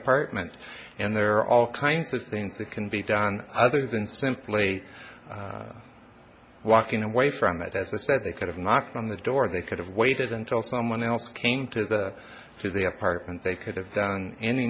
apartment and there are all kinds of things that can be done other than simply walking away from that as i said they could have knocked on the door they could have waited until someone else came to the to the apartment they could have done any